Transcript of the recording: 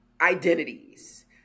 identities